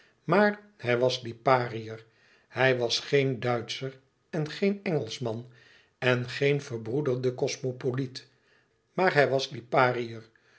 maar hij was lipariër hij was geen duitscher en geen engelschman en geen verbroederde cosmopoliet maar hij was lipariër